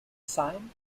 sine